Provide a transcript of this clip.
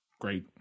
great